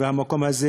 והמקום הזה